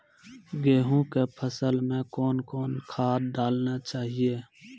गेहूँ के फसल मे कौन कौन खाद डालने चाहिए?